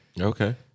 Okay